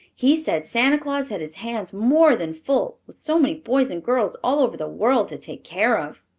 he said santa claus had his hands more than full, with so many boys and girls all over the world to take care of.